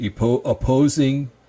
opposing